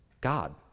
God